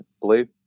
blue